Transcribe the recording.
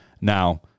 now